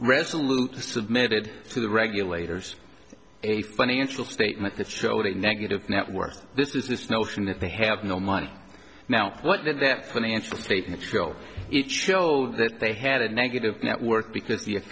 resolute submitted to the regulators a financial statement that showed a negative net worth this is this notion that they have no money now what that that financial statements will show that they had a negative network because